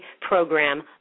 program